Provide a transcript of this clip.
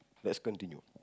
let's continue